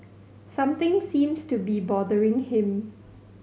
something seems to be bothering him